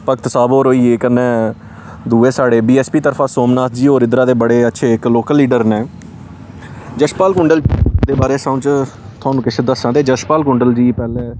भक्त साह्ब होर होई गे कन्नै दूए साढ़े बीएसपी तरफा सोमनाथ जी होर इद्धरा दे बड़े अच्छे इक लोकल लीडर न यशपाल कुुंडल जी दे बारे च थुआनूं किश दस्सां ते यशपाल कुुंडल जी पैह्लें